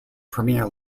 premier